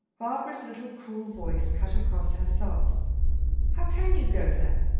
barbara's little, cool voice cut across her sobs how can you go there?